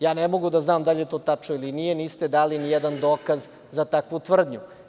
Ja ne mogu da znam da li je to tačno ili nije, jer niste dali ni jedan dokaz za takvu tvrdnju.